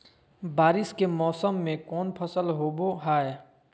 बारिस के मौसम में कौन फसल होबो हाय?